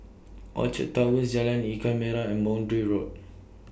Orchard Towers Jalan Ikan Merah and Boundary Road